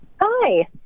Hi